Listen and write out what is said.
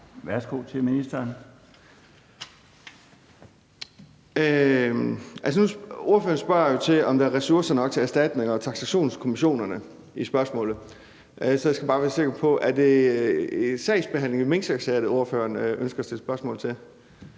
(Thomas Danielsen): Ordføreren spørger jo til, om der er ressourcer nok til erstatnings- og taksationskommissionerne, i spørgsmålet. Så jeg skal bare være sikker på: Er det sagsbehandlingen af minksagerne, ordføreren ønsker at stille spørgsmål til?